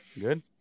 Good